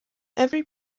every